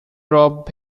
rob